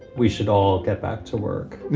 we should all get back to work and